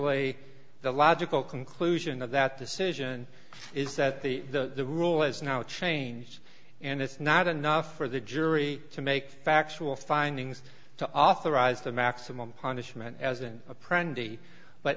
ly the logical conclusion of that decision is that the the rule has now changed and it's not enough for the jury to make factual findings to authorize the maximum punishment as an a